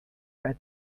red